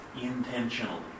intentionally